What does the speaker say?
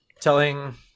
telling